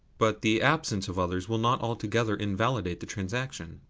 but the absence of others will not altogether invalidate the transaction.